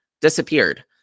disappeared